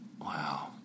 Wow